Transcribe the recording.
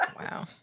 wow